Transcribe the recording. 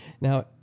Now